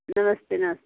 नमस्ते नमस्ते